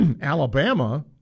Alabama